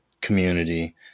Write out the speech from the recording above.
community